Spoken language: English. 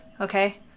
Okay